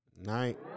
Night